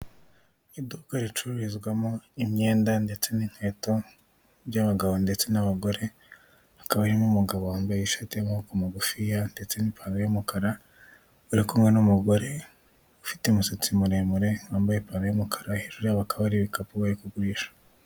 Iduka ricururizwamo imyenda ndetse n'inkweto by'abagabo ndetse n'abagore, Hakaba Harimo umugabo wambaye ishati y'amaboko magufiya ndetse n'ipantaro y'umukara bari kumwe n'umugore ufite umusatsi muremure, wambaye ipantaro y'umukaraba hrjuru yaho hakaba hari ibikapu bari kgurisha.